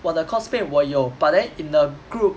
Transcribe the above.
我的 coursemate 我有 but then in the group